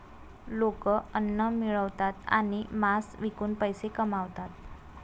लोक अन्न मिळवतात आणि मांस विकून पैसे कमवतात